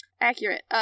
Accurate